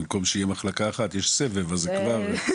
במקום שיהיה מחלקה אחת, יש סבב, אז זה כבר ---.